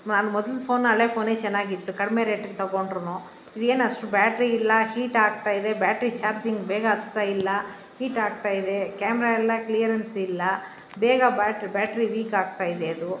ನಾನು ಮೊದ್ಲ ಫೋನ್ ಹಳೆ ಫೋನೇ ಚೆನ್ನಾಗಿತ್ತು ಕಡಿಮೆ ರೇಟಿಗ್ ತೊಗೊಂಡ್ರು ಇದು ಏನು ಅಷ್ಟು ಬ್ಯಾಟ್ರಿ ಇಲ್ಲ ಹೀಟಾಗ್ತಾಯಿದೆ ಬ್ಯಾಟ್ರಿ ಚಾರ್ಜಿಂಗ್ ಬೇಗ ಆಗ್ತಾ ಇಲ್ಲ ಹೀಟಾಗ್ತಾಯಿದೆ ಕ್ಯಾಮ್ರಾ ಎಲ್ಲ ಕ್ಲೀಯರೆನ್ಸಿಲ್ಲ ಬೇಗ ಬ್ಯಾಟ್ ಬ್ಯಾಟ್ರಿ ವೀಕಾಗ್ತಾಯಿದೆ ಅದು